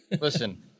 Listen